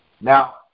Now